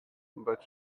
but